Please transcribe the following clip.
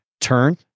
turn